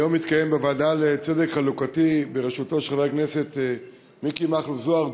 היום התקיים בוועדה לצדק חלוקתי בראשות חבר הכנסת מיקי מכלוף זוהר,